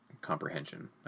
comprehension